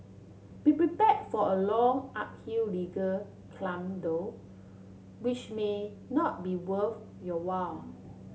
be prepared for a long uphill legal climb though which may not be worth your while